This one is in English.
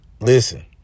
Listen